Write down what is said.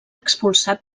expulsat